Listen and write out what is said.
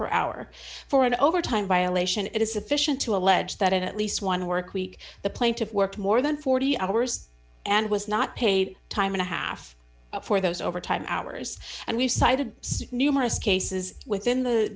per hour for an overtime violation it is sufficient to allege that in at least one work week the plaintiff worked more than forty hours and was not paid time and a half for those overtime hours and we've cited numerous cases within the